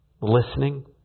listening